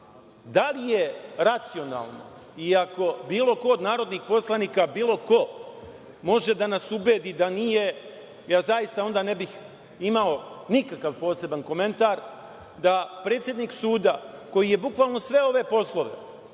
da li je racionalno i ako bilo ko od narodnih poslanika, bilo ko, može da nas ubedi da nije, ja zaista onda ne bih imao nikakav poseban komentar, da predsednik suda koji je bukvalno sve ove poslove